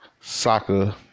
soccer